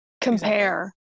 compare